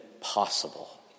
possible